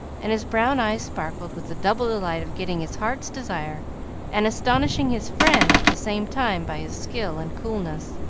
and his brown eyes sparkled with the double delight of getting his heart's desire and astonishing his friend at the same time by his skill and coolness.